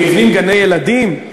נבנים גני-ילדים,